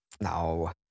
No